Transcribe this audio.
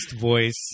voice